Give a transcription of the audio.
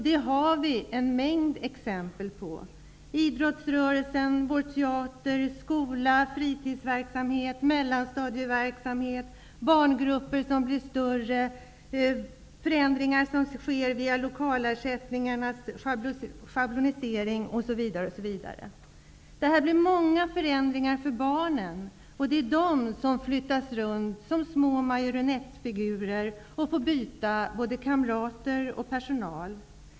Det finns en mängd exempel i det sammanhanget: idrottsrörelsen, Vår teater, skolan, fritidsverksamheten, mellanstadieverksamheten, de allt större barngrupperna, de förändringar som sker via schabloniseringen av lokalersättningarna osv. Detta innebär många förändringar för barnen, som flyttas runt som små marionetter. De får byta både kamrater och personal.